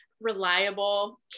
reliable